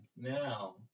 now